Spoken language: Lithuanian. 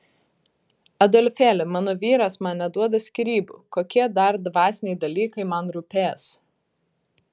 adolfėli mano vyras man neduoda skyrybų kokie dar dvasiniai dalykai man rūpės